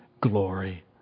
glory